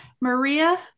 Maria